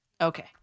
Okay